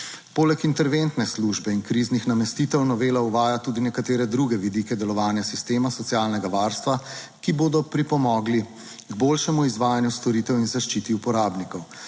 Poleg interventne službe in kriznih namestitev novela uvaja tudi nekatere druge vidike delovanja sistema socialnega varstva, ki bodo pripomogli k boljšemu izvajanju storitev in zaščiti uporabnikov.